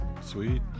Sweet